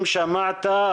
אם שמעת,